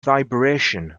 vibration